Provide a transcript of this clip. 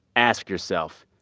ask yourself,